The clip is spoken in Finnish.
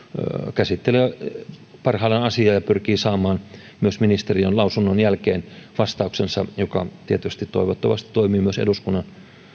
käsittelee parhaillaan asiaa ja pyrkii saamaan myös ministeriön lausunnon jälkeen vastauksensa joka tietysti toivottavasti toimii myös eduskunnan